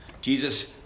Jesus